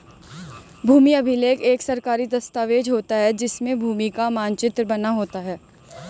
भूमि अभिलेख एक सरकारी दस्तावेज होता है जिसमें भूमि का मानचित्र बना होता है